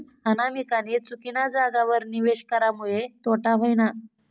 अनामिकानी चुकीना जागावर निवेश करामुये तोटा व्हयना